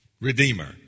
redeemer